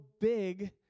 big